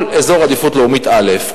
כל אזור עדיפות לאומית א',